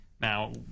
Now